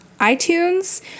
iTunes